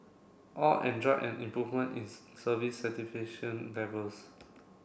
all enjoyed an improvement in service satisfaction levels